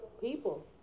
People